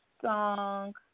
song